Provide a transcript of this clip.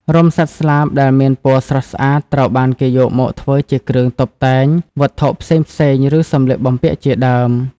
រោមសត្វស្លាបដែលមានពណ៌ស្រស់ស្អាតត្រូវបានគេយកមកធ្វើជាគ្រឿងតុបតែងវត្ថុផ្សេងៗឬសម្លៀកបំពាក់ជាដើម។